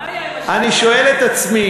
מה היה עם, אני שואל את עצמי,